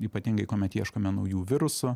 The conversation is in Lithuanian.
ypatingai kuomet ieškome naujų virusų